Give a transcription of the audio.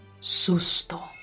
susto